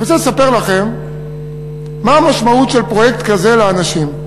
אני רוצה לספר לכם מה המשמעות של פרויקט כזה לאנשים: